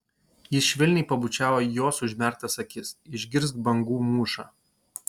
jis švelniai pabučiavo jos užmerktas akis išgirsk bangų mūšą